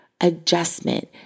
adjustment